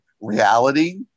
reality